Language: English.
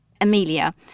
Amelia